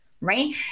right